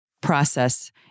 process